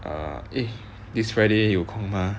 err eh this friday 有空吗